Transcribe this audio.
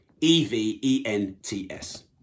E-V-E-N-T-S